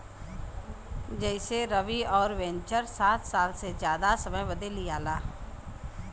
जइसेरवि अउर वेन्चर सात साल से जादा समय बदे लिआला